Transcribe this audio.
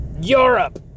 Europe